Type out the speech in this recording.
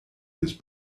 his